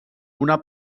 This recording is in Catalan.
una